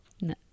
No